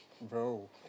Bro